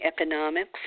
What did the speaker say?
economics